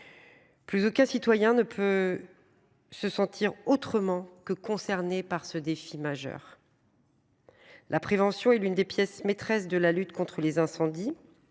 Plus aucun citoyen ne peut. Se sentir autrement que concernés par ce défi majeur. La prévention est l'une des pièces maîtresses de la lutte contre les incendies.